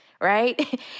right